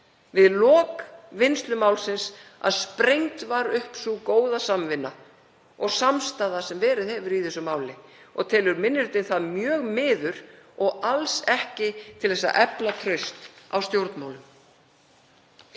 við lok vinnslu málsins, að sprengd var upp sú góða samvinna og samstaða sem verið hefur í þessu máli. Telur minni hlutinn það mjög miður og alls ekki til þess að efla traust á stjórnmálum.